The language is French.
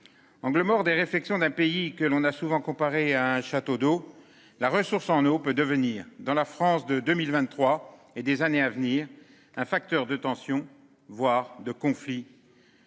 Angle mort des réflexions d'un pays que l'on a souvent comparé à un château d'eau, la ressource en eau peut devenir dans la France de 2023 et des années à venir, un facteur de tensions, voire de conflits.